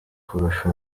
kurusha